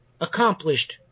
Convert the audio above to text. accomplished